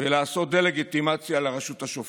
ולעשות דה-לגיטימציה לרשות השופטת.